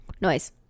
noise